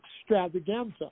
extravaganza